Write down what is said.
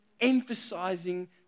emphasizing